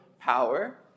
power